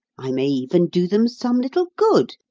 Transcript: i may even do them some little good,